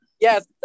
yes